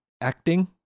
acting